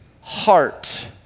heart